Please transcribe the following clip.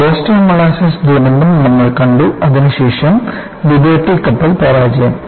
Boston molasses ദുരന്തം നമ്മൾ കണ്ടു അതിനുശേഷം ലിബർട്ടി കപ്പൽ പരാജയം കണ്ടു